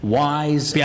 wise